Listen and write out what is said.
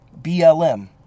BLM